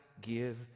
give